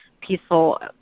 peaceful